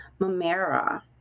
Mamera